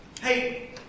hey